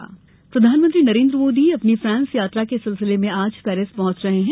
मोदी फ़ांसयात्रा प्रधानमंत्री नरेन्द्र मोदी अपनी फ्रांस यात्रा के सिलसिले में आज पेरिस पहंच रहे हैं